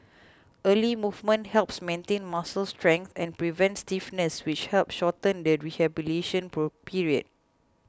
early movement helps maintain muscle strength and prevents stiffness which help shorten the rehabilitation period